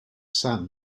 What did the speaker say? sam